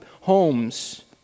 homes